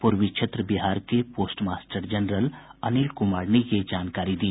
पूर्वी क्षेत्र बिहार के postmaster general Anil Kumar ने यह जानकारी दी